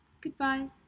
Goodbye